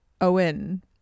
Owen